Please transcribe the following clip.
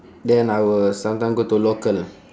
then I will sometime go to local